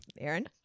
Aaron